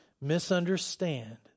misunderstand